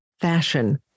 fashion